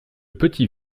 petit